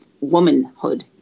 womanhood